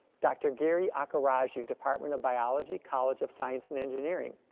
dr. giri akkaraju, department of biology, college of science and engineering.